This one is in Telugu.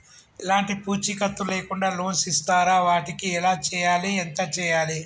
ఎలాంటి పూచీకత్తు లేకుండా లోన్స్ ఇస్తారా వాటికి ఎలా చేయాలి ఎంత చేయాలి?